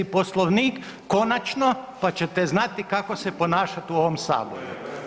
Poslovnik konačno, pa ćete znati kako se ponašati u ovom u saboru.